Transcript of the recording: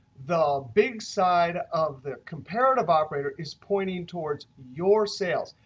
the big side of the comparative operator is pointing towards your sales.